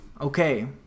okay